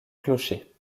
clocher